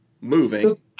moving